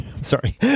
Sorry